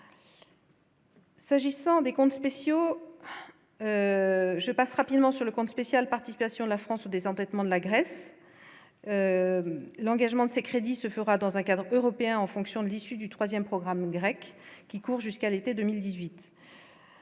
S'agissant des comptes spéciaux je passe rapidement sur le compte spécial, participation de la France au désendettement de la Grèce, l'engagement de ces crédits se fera dans un cadre européen en fonction de l'issue du 3ème programme grec qui court jusqu'à l'été 2018,